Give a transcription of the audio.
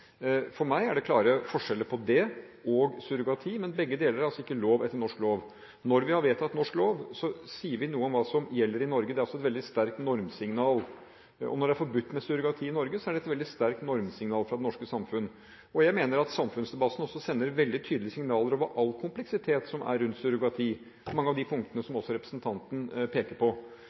For meg er det klare forskjeller på det og surrogati, men ingen deler er lov etter norsk lov. Når vi har vedtatt norsk lov, sier vi noe om hva som gjelder i Norge. Det er altså et veldig sterkt normsignal. Når det er forbudt med surrogati i Norge, er det et veldig sterkt normsignal fra det norske samfunn. Jeg mener at samfunnsdebatten også sender veldig tydelige signaler om all kompleksitet rundt surrogati – mange av de punktene som også representanten peker på.